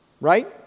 right